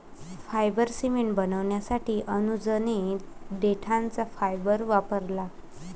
fibre cement बनवण्यासाठी अनुजने देठाचा फायबर वापरला